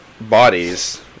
bodies